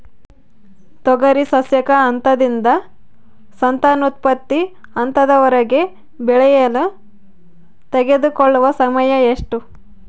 ತೊಗರಿ ಸಸ್ಯಕ ಹಂತದಿಂದ ಸಂತಾನೋತ್ಪತ್ತಿ ಹಂತದವರೆಗೆ ಬೆಳೆಯಲು ತೆಗೆದುಕೊಳ್ಳುವ ಸಮಯ ಎಷ್ಟು?